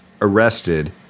arrested